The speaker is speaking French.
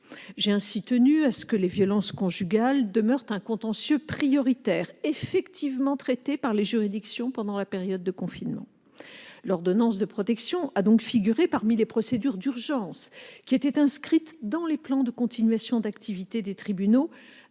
J'ai ainsi tenu à ce que les violences conjugales demeurent un contentieux prioritaire effectivement traité par les juridictions pendant la période de confinement. L'ordonnance de protection a donc figuré parmi les procédures d'urgence inscrites dans les plans de continuation d'activité des tribunaux